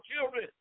children